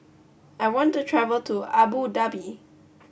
I want to travel to Abu Dhabi